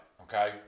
okay